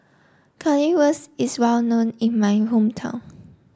Currywurst is well known in my hometown